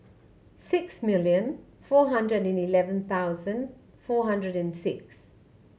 six million four hundred and eleven thousand four hundred and six